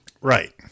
Right